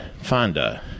Fonda